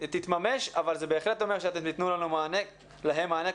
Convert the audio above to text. תתממש אבל זה בהחלט אומר שאתם תתנו להם מענה.